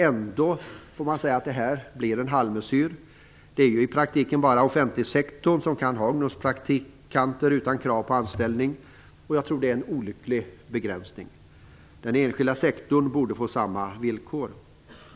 Ändå får man säga att det blir en halvmesyr. Det är i praktiken bara offentlig sektor som kan ha ungdomspraktikanter utan krav på anställning, och jag tror att det är en olycklig begränsning. Den enskilda sektorn borde få samma villkor.